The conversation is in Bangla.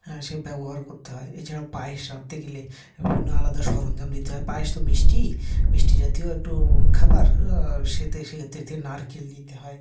হ্যাঁ সে ব্যবহার করতে হয় এছাড়াও পায়েস রাঁধতে গেলে বিভিন্ন আলাদা সরঞ্জাম দিতে হয় পায়েস তো মিষ্টি মিষ্টি জাতীয় একটু খাবার সেতে সে তাতে নারকেল দিতে হয়